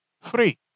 free